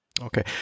Okay